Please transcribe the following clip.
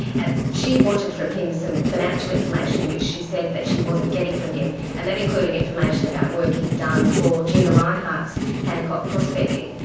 and she wanted from him some financial information which she said that she wasn't getting from him, and that included information about work he'd done for gina rinehart's hancock prospecting.